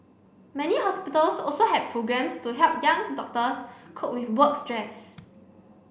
many hospitals also have programmes to help young doctors cope with work stress